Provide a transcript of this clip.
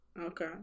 Okay